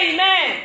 Amen